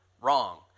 wrong